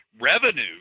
revenue